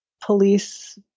police